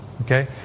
Okay